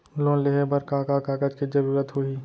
Loan लेहे बर का का कागज के जरूरत होही?